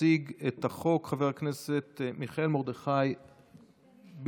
יציג את החוק חבר הכנסת מיכאל מרדכי ביטון.